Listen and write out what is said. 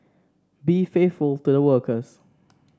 be faithful to the workers